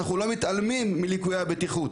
המשרד לא מתעלם מליקויי הבטיחות,